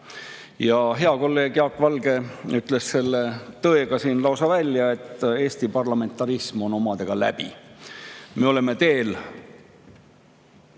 Hea kolleeg Jaak Valge ütles selle tõe siin lausa välja, et Eesti parlamentarism on omadega läbi, me oleme teel